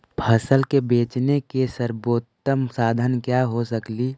फसल के बेचने के सरबोतम साधन क्या हो सकेली?